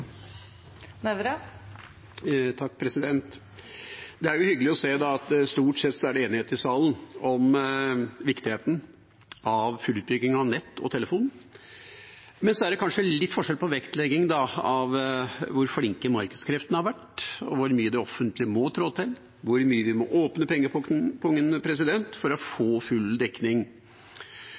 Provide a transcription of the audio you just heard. jo hyggelig å se at det stort sett er enighet i salen om viktigheten av full utbygging av nett og telefon. Men så er det kanskje litt forskjell på vektleggingen av hvor flinke markedskreftene har vært, og hvor mye det offentlige må trå til; hvor mye vi må åpne pengepungen for å få full dekning.